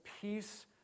peace